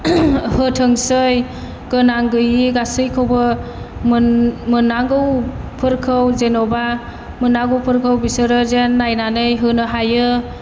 होथोंसै गोनां गैयै गासैखौबो मोन मोननांगौफोरखौ जेन'बा मोननांगौफोरखौ बिसोरो जेन नायनानै होनो हायो